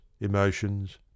emotions